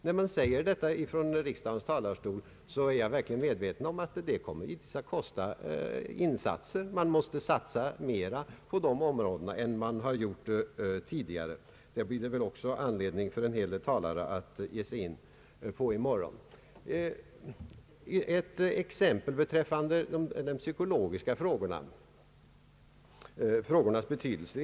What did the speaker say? När jag säger detta från riksdagens talarstol, är jag givetvis medveten om att det kommer att kosta pengar. Det måste satsas mera på dessa områden än tidigare. Även detta blir det väl anledning för en hel del talare att ge sig in på i morgon. Jag skall ge ett exempel på de psykologiska faktorernas betydelse.